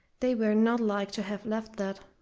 they were not like to have left that.